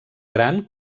gran